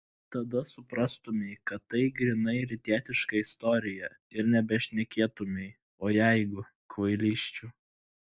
tada suprastumei kad tai grynai rytietiška istorija ir nebešnekėtumei o jeigu kvailysčių